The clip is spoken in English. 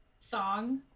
song